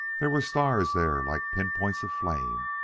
there were stars there like pinpoints of flame!